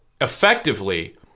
effectively